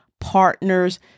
partners